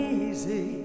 easy